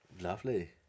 Lovely